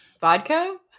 Vodka